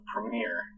Premiere